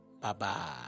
Bye-bye